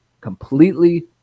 completely